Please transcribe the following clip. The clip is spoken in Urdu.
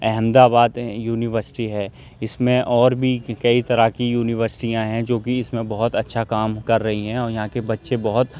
احمد آباد یونیورسٹی ہے اس میں اور بھی کئی طرح کی یونیورسٹیاں ہیں جو کہ اس میں بہت اچھا کام کر رہی ہیں اور یہاں کے بچے بہت